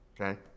okay